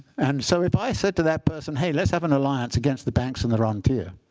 and so if i said to that person, hey, let's have an alliance against the banks and the rentier,